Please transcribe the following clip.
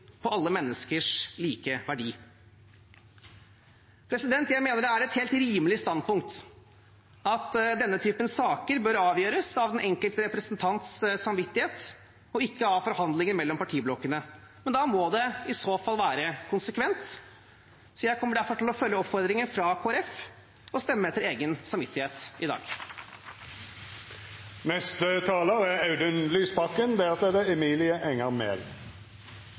på alle menneskers like verdi. Jeg mener det er et helt rimelig standpunkt at denne typen saker bør avgjøres av den enkelte representants samvittighet og ikke av forhandlinger mellom partiblokkene. Men da må dette i så fall være konsekvent. Jeg kommer derfor til å følge oppfordringen fra Kristelig Folkeparti og stemme etter egen samvittighet i dag. Det er